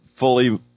Fully